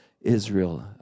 Israel